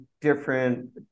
different